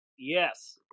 Yes